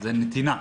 זה נתינה.